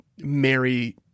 Marry